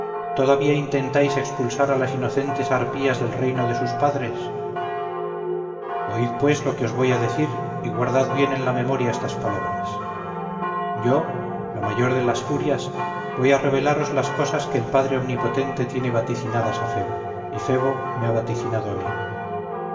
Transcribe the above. todavía intentáis expulsar a las inocentes arpías del reino de sus padres oíd pues lo que os voy a decir y guardad bien en la memoria estas palabras yo la mayor de las furias voy a revelaros las cosas que el padre omnipotente tiene vaticinadas a febo y febo me ha vaticinado a mí